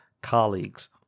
colleagues